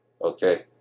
Okay